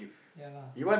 ya lah